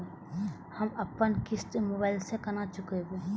हम अपन किस्त मोबाइल से केना चूकेब?